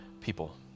people